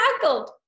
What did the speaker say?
tackled